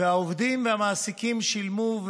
והעובדים והמעסיקים שילמו,